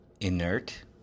inert